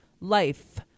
life